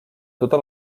tota